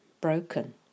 broken